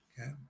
okay